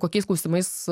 kokiais klausimais